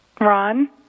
Ron